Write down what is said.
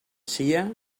sia